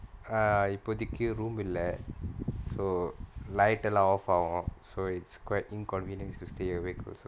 ah இப்போதிக்கு:ippothikku room இல்ல:illa so light lah off ஆகு:aagu so it's quite inconvenience to stay awake also